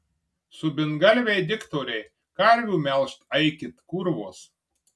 subingalviai diktoriai karvių melžt aikit kurvos